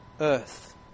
earth